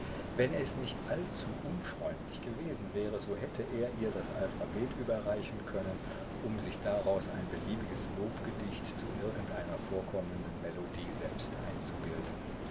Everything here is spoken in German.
wenn es nicht allzu unfreundlich gewesen wäre so hätte er ihr das alphabet überreichen können um sich daraus ein beliebiges lobgedicht zu irgendeiner vorkommenden melodie selbst einzubilden